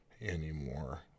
anymore